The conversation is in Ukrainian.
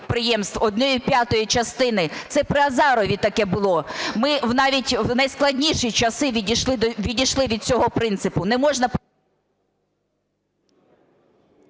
однієї п'ятої частини. Це при Азарові таке було, ми навіть в найскладніші часи відійшли від цього принципу.